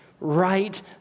right